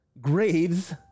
Graves